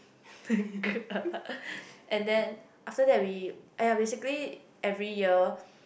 and then after that we !aiya! basically every year